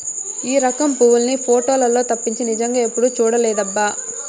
ఈ రకం పువ్వుల్ని పోటోలల్లో తప్పించి నిజంగా ఎప్పుడూ చూడలేదబ్బా